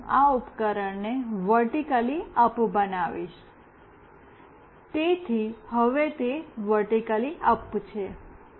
હવે હું આ ઉપકરણને વર્ટિક્લી અપ બનાવીશ તેથી હવે તે વર્ટિક્લી અપ છે